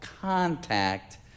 contact